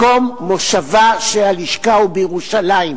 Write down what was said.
מקום מושבה של הלשכה הוא בירושלים.